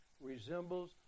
resembles